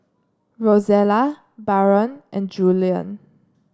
Rozella Barron and Julien